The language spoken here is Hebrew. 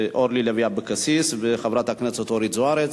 8440 ו-8443,